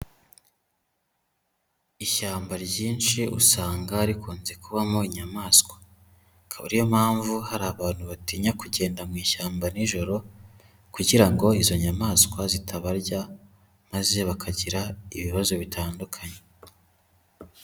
Ishyamba ryinshi usanga rikunze kubamo inyamaswa. Aka ari yo mpamvu hari abantu batinya kugenda mu ishyamba nijoro kugira ngo izo nyamaswa zitabarya maze bakagira ibibazo bitandukanye.